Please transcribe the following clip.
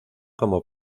como